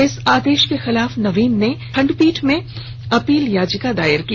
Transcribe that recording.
इस आदेश के खिलाफ नवीन ने खंडपीठ में अपील याचिका दायर की